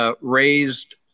raised